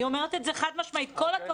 אני אומרת את זה חד משמעית, כל הכבוד.